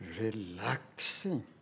Relaxing